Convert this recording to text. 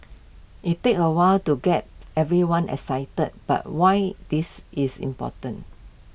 IT takes A while to get everyone excited about why this is important